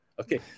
Okay